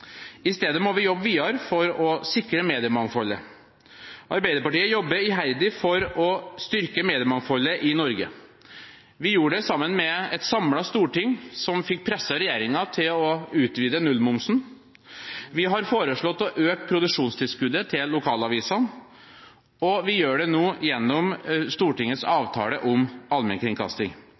I stedet må vi jobbe videre for å sikre mediemangfoldet. Arbeiderpartiet jobber iherdig for å styrke mediemangfoldet i Norge. Vi gjorde det sammen med et samlet storting, som fikk presset regjeringen til å utvide nullmomsen. Vi har foreslått å øke produksjonstilskuddet til lokalavisene, og vi gjør det nå gjennom Stortingets avtale om allmennkringkasting.